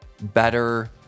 better